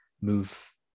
move